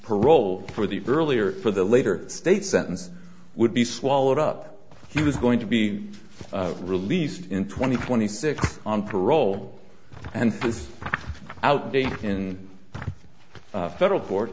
parole for the earlier for the later state sentence would be swallowed up he was going to be released in twenty twenty six on parole and out day in federal court